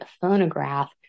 phonograph